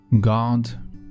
God